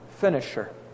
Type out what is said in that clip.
finisher